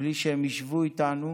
בלי שהם ישבו איתנו,